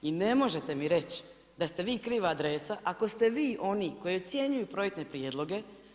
I ne možete mi reći da ste vi kriva adresa ako ste vi oni koji ocjenjuju projektne prijedloge.